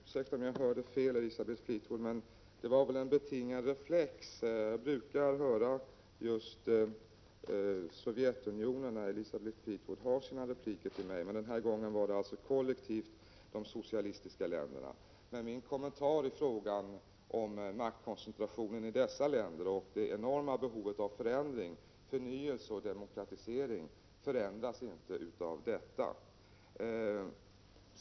Herr talman! Jag ber om ursäkt om jag hörde fel, Elisabeth Fleetwood, men det var väl en betingad reflex. Jag brukar höra just Sovjetunionen nämnas, när Elisabeth Fleetwood replikerar mig. Men den här gången gällde det alltså kollektivt de socialistiska länderna. Min kommentar i fråga om maktkoncentrationen i dessa länder och det enorma behovet av förändring — förnyelse och demokratisering — påverkas emellertid inte av detta.